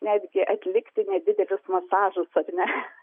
netgi atlikti nedidelius masažus ar ne